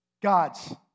God's